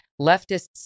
leftists